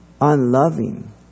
unloving